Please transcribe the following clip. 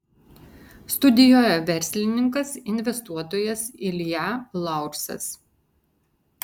studijoje verslininkas investuotojas ilja laursas